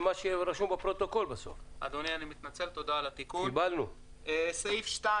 2012). סעיף (2)